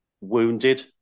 wounded